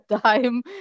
time